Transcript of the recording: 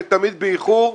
ותמיד באיחור,